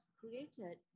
created